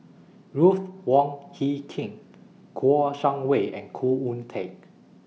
Ruth Wong Hie King Kouo Shang Wei and Khoo Oon Teik